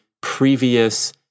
previous